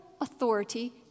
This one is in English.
authority